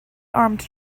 armed